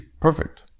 perfect